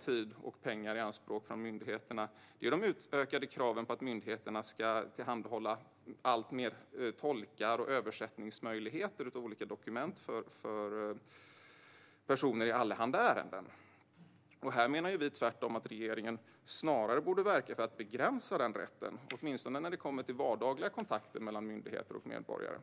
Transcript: tid och pengar i anspråk hos myndigheterna är de utökade kraven på att myndigheterna ska tillhandahålla alltmer av tolkning och möjligheter till översättning av olika dokument för personer i allehanda ärenden. Vi menar tvärtom att regeringen snarare borde verka för att begränsa den rätten, åtminstone när det gäller vardagliga kontakter mellan myndigheter och medborgare.